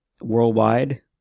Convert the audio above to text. worldwide